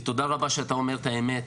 ותודה רבה שאתה אומר את האמת,